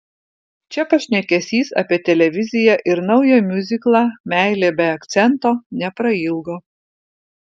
čia pašnekesys apie televiziją ir naują miuziklą meilė be akcento neprailgo